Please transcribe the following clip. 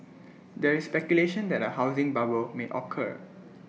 there is speculation that A housing bubble may occur